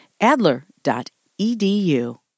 Adler.edu